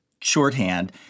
shorthand